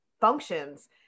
functions